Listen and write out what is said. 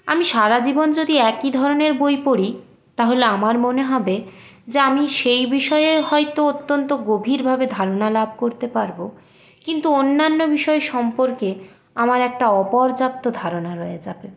আমি সারাজীবন যদি একই ধরনের বই পড়ি তাহলে আমার মনে হবে যা আমি সেই বিষয়ে হয়তো অত্যন্ত গভীরভাবে ধারণা লাভ করতে পারবো কিন্তু অন্যান্য বিষয় সম্পর্কে আমার একটা অপর্যাপ্ত ধারণা রয়ে যাবে